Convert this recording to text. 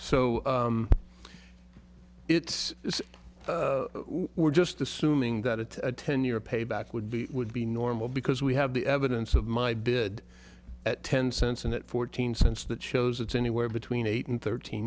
so it's we're just assuming that it's a ten year payback would be would be normal because we have the evidence of my did at ten cents and at fourteen cents that shows it's anywhere between eight and thirteen